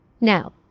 Now